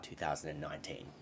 2019